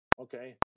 Okay